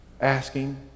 asking